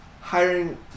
hiring